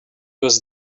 was